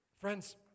Friends